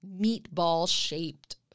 meatball-shaped